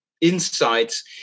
insights